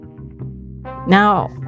Now